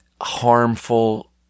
harmful